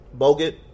Bogut